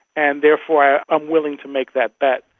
and therefore i am willing to make that bet.